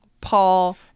paul